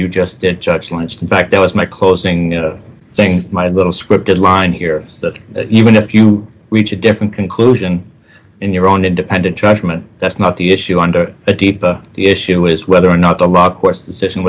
once in fact that was my closing saying my little scripted line here that even if you reach a different conclusion in your own independent judgment that's not the issue under a deeper issue is whether or not the law course decision